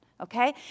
Okay